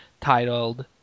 titled